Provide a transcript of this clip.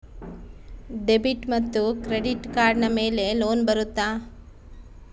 Debit ಮತ್ತು credit ಕಾರ್ಡಿನ ಮೇಲೆ ಲೋನ್ ಬರುತ್ತಾ?